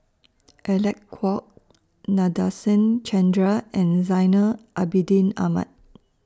Alec Kuok Nadasen Chandra and Zainal Abidin Ahmad